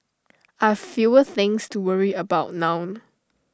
I've fewer things to worry about now